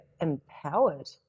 empowered